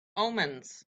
omens